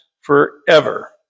forever